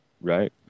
Right